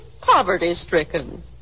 poverty-stricken